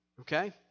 okay